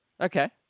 Okay